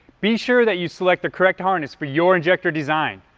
be sure that you select the correct harness for your injector design.